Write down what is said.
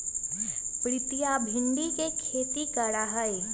प्रीतिया भिंडी के खेती करा हई